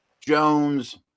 Jones